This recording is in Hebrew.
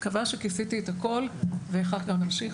אני מקווה שכיסיתי את הכל, וכך גם נמשיך.